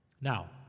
Now